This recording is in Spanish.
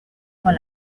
con